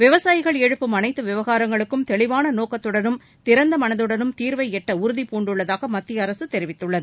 விவசாயிகள் எழுப்பும் அனைத்து விவகாரங்களுக்கும் தெளிவான நோக்கத்துடனும் திறந்த மனதுடனும் தீர்வை எட்ட உறுதிப்பூண்டுள்ளதாக மத்திய அரசு தெரிவித்துள்ளது